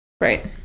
right